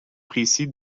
précis